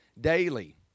daily